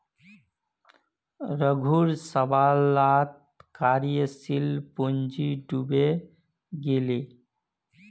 रघूर सबला कार्यशील पूँजी डूबे गेले